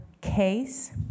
case